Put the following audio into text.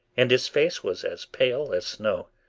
and his face was as pale as snow